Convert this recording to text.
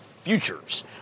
futures